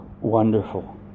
wonderful